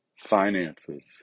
finances